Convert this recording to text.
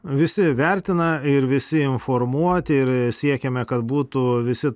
visi vertina ir visi informuoti ir siekiame kad būtų visi